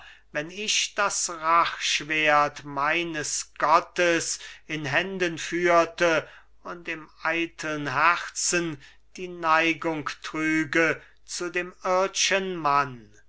wenn ich das rachschwert meines gottes in händen führte und im eiteln herzen die neigung trüge zu dem irdschen mann